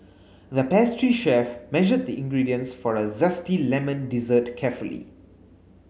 the pastry chef measured the ingredients for a zesty lemon dessert carefully